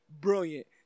Brilliant